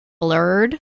blurred